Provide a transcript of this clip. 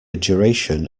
duration